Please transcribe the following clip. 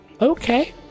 Okay